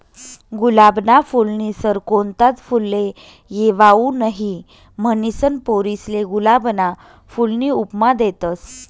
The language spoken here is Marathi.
गुलाबना फूलनी सर कोणताच फुलले येवाऊ नहीं, म्हनीसन पोरीसले गुलाबना फूलनी उपमा देतस